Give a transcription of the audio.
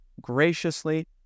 Graciously